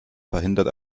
verhindert